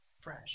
fresh